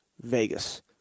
Vegas